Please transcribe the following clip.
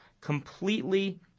completely